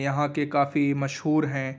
یہاں کے کافی مشہور ہیں